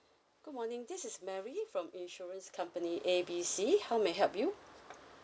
good morning this is mary from insurance company A B C how may I help you